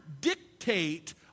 dictate